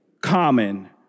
common